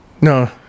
No